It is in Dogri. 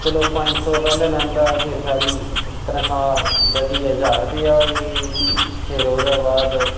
चलो पंज सौ पैह्लैं लैंदा फिर साढ़ी तनखाह् बधियै ज्हार रपेआ होई गेई फेर ओह्दे बाद